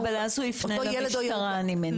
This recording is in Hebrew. אבל אז הוא יפנה למשטרה, אני מניחה.